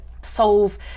solve